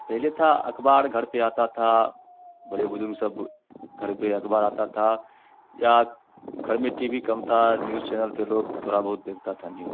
पहले था अख़बार घर पर आता था बड़े बुज़ुर्ग सब घर पर अख़बार आता था या घर में टी वी कम था न्यूज़ चैनल पर लोग थोड़ा बहुत देखता था न्यूज